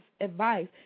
advice